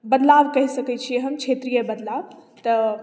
बदलाव कहि सकैत छियै हम छेत्रिये बदलाव तऽ